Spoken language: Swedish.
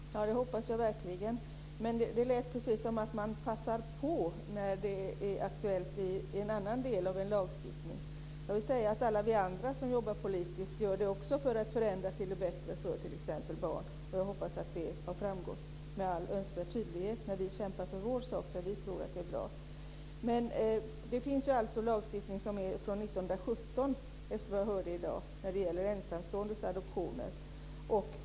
Herr talman! Det hoppas jag verkligen. Det lät precis som att Marianne Carlström tyckte att man passar på när frågan är aktuell i en annan del av lagstiftningen. Jag vill säga att alla vi andra som jobbar politiskt också gör det för att förändra till det bättre för t.ex. barn. Jag hoppas att det framgår med all önskvärd tydlighet när vi kämpar för vår sak och det vi tror är bra. Det finns lagstiftning som är från 1917, efter vad jag hörde i dag, när det gäller ensamståendes adoptioner.